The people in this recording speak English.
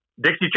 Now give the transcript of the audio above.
Dixie